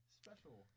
special